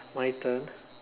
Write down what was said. my turn